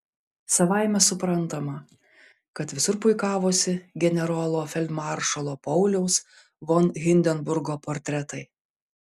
savaime suprantama kad visur puikavosi generolo feldmaršalo pauliaus von hindenburgo portretai